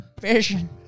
vision